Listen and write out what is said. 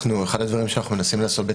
הכוונה למשל לדוח תנועה הוא מותאם אישית אליי.